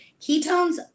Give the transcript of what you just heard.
ketones